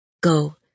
Go